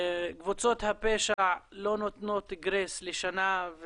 קבוצות הפשע לא נותנות גרייס לשנה,